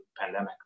pandemic